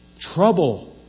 Trouble